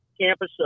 campus